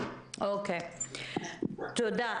תודה.